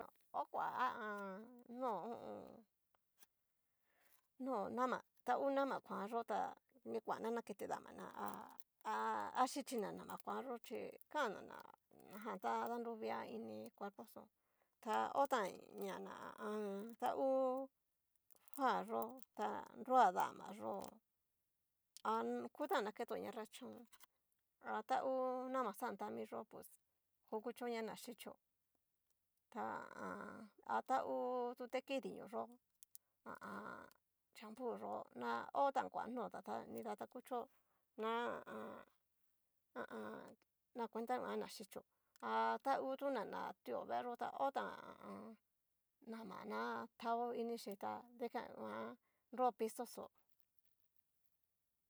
Ho kua ha a an no ho o on. no nama ta ngu nama kuan yo ta kini kuana nakete damana ha ha xhichina nama kuan yó chí kan na na najan ta danruvia ini cuerpoxo ta ho tan ña ná, ta hu fa yó ta nroa damayó, a kutan naketoña nrachón, ha ta hu nama xan tamiyó pus ku- kuchoña na xhichio, ta ha a an ha ta ó tute ki dinio yó ha a an shapoo yó na ho tan koa notá, ta kucho ná ha a an. na cuenta nguan na xhichio, ha tangu tu na natio vee'yó ta hotan nama ná tao inixhi tá dikan nguan nro pizo xó.